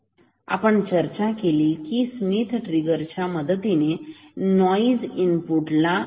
तर आपण याची चर्चा केली की मी स्मिथ त्रिगराच्या मदतीने नोईसी इनफपुट ला कसे हाताळू शकतो